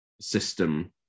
system